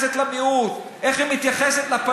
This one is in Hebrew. איך היא מתייחסת למיעוט,